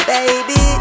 Baby